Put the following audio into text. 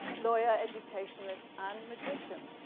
lawyer, educationalists, and magician.